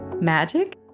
Magic